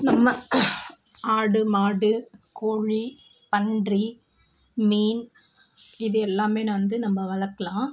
நம்ம ஆடு மாடு கோழி பன்றி மீன் இது எல்லாமே நான் வந்து நம்ம வளர்க்கலாம்